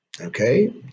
okay